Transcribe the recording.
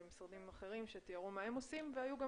ומשרדים אחרים שתיארו מה הם עושים והיו גם